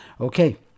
okay